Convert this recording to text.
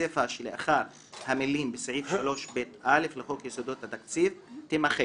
הסיפא שלאחר המילים "בסעיף 3ב(א) לחוק יסודות התקציב" תימחק.